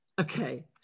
okay